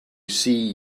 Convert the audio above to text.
see